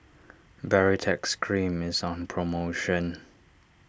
Baritex Cream is on promotion